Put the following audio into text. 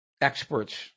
experts